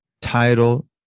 title